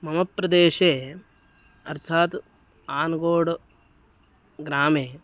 मम प्रदेशे अर्थात् आन्गोड् ग्रामे